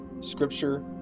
scripture